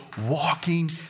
walking